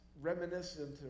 reminiscent